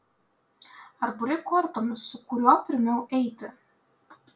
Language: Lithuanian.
ar buri kortomis su kuriuo pirmiau eiti